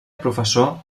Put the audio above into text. professor